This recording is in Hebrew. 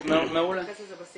אנחנו נתייחס לזה בסיכום.